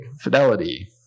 Fidelity